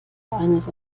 eines